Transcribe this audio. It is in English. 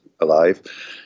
alive